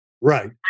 Right